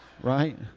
right